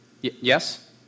Yes